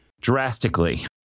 Drastically